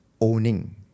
owning